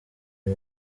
uyu